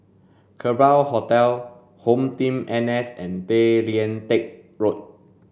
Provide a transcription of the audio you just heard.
Lerbau Hotel HomeTeam N S and Tay Lian Teck Road